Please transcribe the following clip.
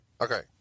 Okay